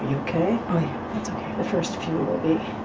yeah ok the first few will be